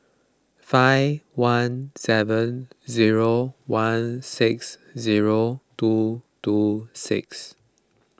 five one seven zero one six zero two two six